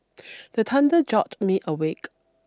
the thunder jolt me awake